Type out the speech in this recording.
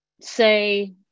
say